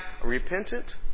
repentant